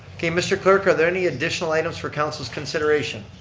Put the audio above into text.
okay mr. clerk, are there any additional items for council's consideration?